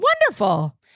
Wonderful